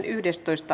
asia